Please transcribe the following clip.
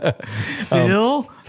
Phil